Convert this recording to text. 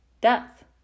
death